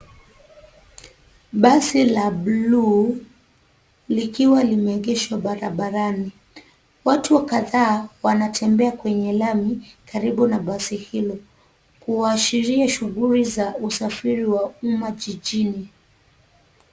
Basi la bluu likiwa limeegeshwa barabarani, watu kadhaa wanatembea kwenye lami karibu na basi hilo kuashiria shughuli za umma jijini.